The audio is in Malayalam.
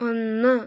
ഒന്ന്